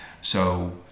So-